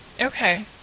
Okay